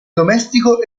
domestico